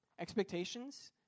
expectations